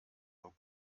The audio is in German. nur